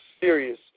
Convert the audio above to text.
serious